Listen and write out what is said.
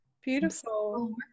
Beautiful